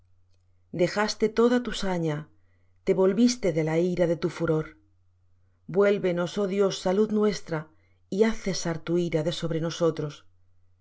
dejaste toda tu saña te volviste de la ira de tu furor vuélvenos oh dios salud nuestra y haz cesar tu ira de sobre nosotros